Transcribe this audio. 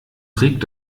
trägt